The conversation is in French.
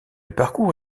parcours